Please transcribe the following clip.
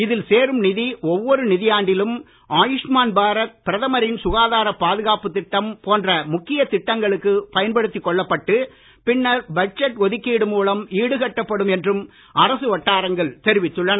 இதில் சேரும் நிதி ஒவ்வொரு நிதியாண்டிலும் ஆயுஷ்மான் பாரத் பிரதமரின் சுகாதார பாதுகாப்பு திட்டம் போன்ற முக்கிய திட்டங்களுக்குப் பயன்படுத்திக் கொள்ளப்பட்டு பின்னர் பட்ஜெட் ஒதுக்கீடு மூலம்ஈடுகட்டப்படும் என்று அரசு வட்டாரங்கள் தெரிவித்துள்ளன